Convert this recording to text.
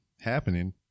happening